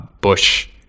Bush